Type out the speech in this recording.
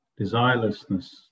desirelessness